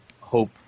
hope